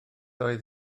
oedd